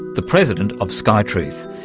the president of skytruth.